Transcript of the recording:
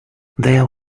there